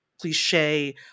cliche